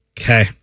Okay